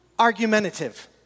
Argumentative